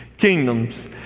kingdoms